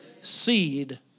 seed